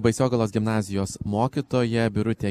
baisogalos gimnazijos mokytoja birutė